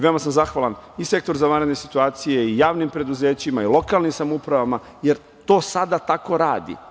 Veoma sam zahvalan i sektoru za vanredne situacije, i javnim preduzećima, i lokalnim samoupravama, jer to sada tako radi.